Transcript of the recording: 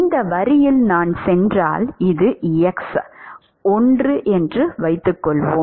இந்த வரியில் நான் சென்றால் இது x ஒன்று என்று வைத்துக் கொள்வோம்